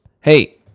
hey